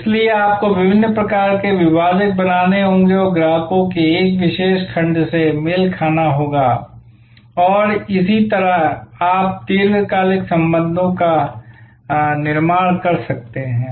इसलिए आपको विभिन्न प्रकार के विभाजक बनाने होंगे और ग्राहकों के एक विशेष खंड से मेल खाना होगा और इसी तरह आप दीर्घकालिक संबंधों का निर्माण कर सकते हैं